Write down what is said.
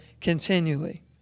continually